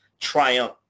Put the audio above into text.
triumph